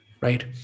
right